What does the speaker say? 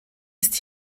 ist